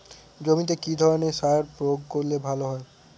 জমিতে কি ধরনের সার প্রয়োগ করলে ভালো হয়?